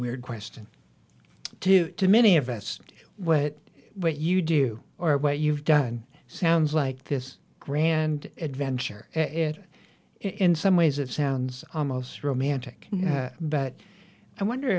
weird question too many of us what what you do or what you've done sounds like this grand adventure it in some ways it sounds almost romantic but i wonder